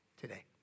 today